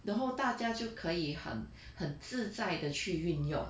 然后大家就可以很很自在地去运用